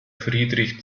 friedrich